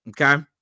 Okay